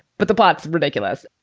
but the box is ridiculous.